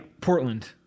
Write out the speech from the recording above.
Portland